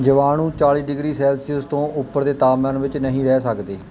ਜੀਵਾਣੂ ਚਾਲ੍ਹੀ degree Celsius ਤੋਂ ਉੱਪਰ ਦੇ ਤਾਪਮਾਨ ਵਿੱਚ ਨਹੀਂ ਰਹਿ ਸਕਦੇ